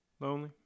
Lonely